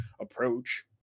approach